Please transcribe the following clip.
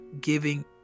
giving